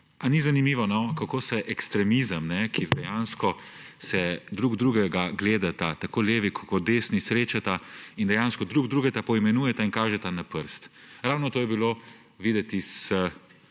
Ali ni zanimivo, kako se ekstremizma, ki dejansko drug drugega gledata, tako levi kakor desni, srečata in drug drugega poimenujeta in kažeta s prstom? Ravno to je bilo videti